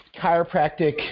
chiropractic